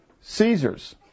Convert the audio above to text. Caesar's